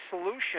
solution